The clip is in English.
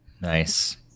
nice